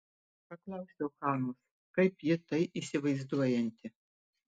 paklausiau hanos kaip ji tai įsivaizduojanti